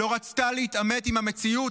לא רצתה להתעמת עם המציאות,